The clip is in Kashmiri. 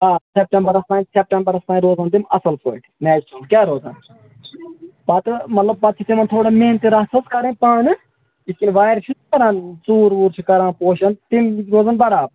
آ سیٹمبرس تام سیٹمبرس تام روزان تِم اَصٕل پٲٹھۍ نٮ۪چرل کیٛاہ روزان پتہٕ مطلب پَتہٕ چھِ تِمن تھوڑا محنتہِ رژھ حظ کَرٕنۍ پانہٕ یہِ کہِ وارِ چھِ کَران ژوٗر ووٗر چھِ کَران پوشن تِم روزان بَرابر